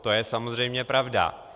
To je samozřejmě pravda.